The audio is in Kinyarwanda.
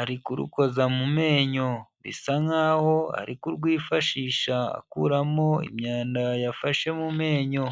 ari kurukoza mu menyo, bisa nkaho ari kurwifashisha akuramo imyanda yafashe mu menyo.